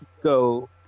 go